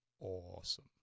awesome